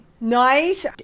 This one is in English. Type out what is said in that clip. Nice